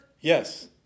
Yes